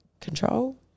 control